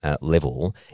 level